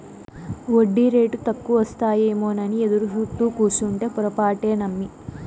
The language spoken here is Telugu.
ఒడ్డీరేటు తక్కువకొస్తాయేమోనని ఎదురుసూత్తూ కూసుంటే పొరపాటే నమ్మి